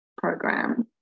program